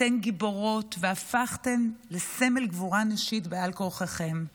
אתן גיבורות והפכתן לסמל גבורה נשית בעל כורחכן.